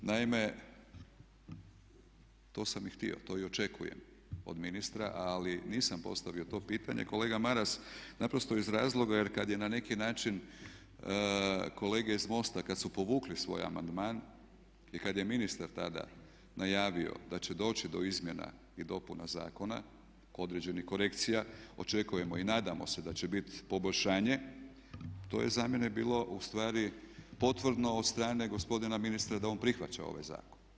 Naime, to sam i htio, to i očekujem od ministra ali nisam postavio to pitanje kolega Maras naprosto iz razloga jer kad je na neki način kolege iz MOST-a kad su povukli svoj amandman i kad je ministar tada najavio da će doći do izmjena i dopuna zakona određenih korekcija očekujemo i nadamo se da će biti poboljšanje to je za mene bilo ustvari potvrdno od strane gospodina ministra da on prihvaća ovaj zakon.